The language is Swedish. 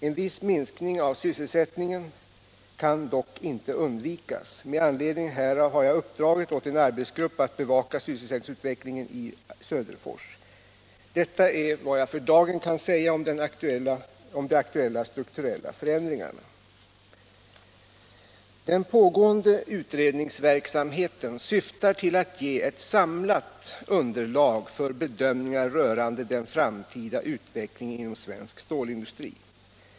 En viss minskning av sysselsättningen kan dock inte undvikas. Med anledning härav har jag uppdragit åt en arbetsgrupp att bevaka sysselsättningsutvecklingen i Söderfors. Detta är vad jag för dagen kan säga om de aktuella strukturella förändringarna. Den pågående utredningsverksamheten syftar till att ge ett samlat un 61 Om åtgärder för att säkra sysselsättningen inom derlag för bedömningar rörande den framtida utvecklingen inom svensk stålindustri.